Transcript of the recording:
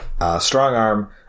Strongarm